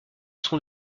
son